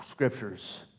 scriptures